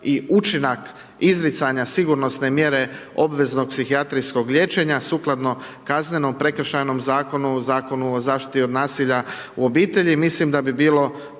i učinak izricanja sigurnosne mjere obveznog psihijatrijskog liječenja sukladno kaznenom, prekršajnom zakonu, Zakonu o zaštiti od nasilja u obitelji, mislim da bi bilo